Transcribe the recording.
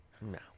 No